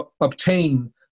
obtain